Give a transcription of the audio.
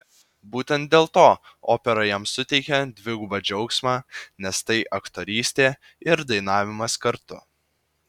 būtent dėl to opera jam suteikia dvigubą džiaugsmą nes tai aktorystė ir dainavimas kartu